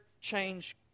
change